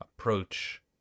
Approach